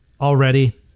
already